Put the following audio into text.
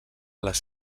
les